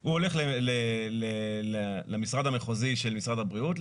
הוא הולך למשרד המחוזי של משרד הבריאות,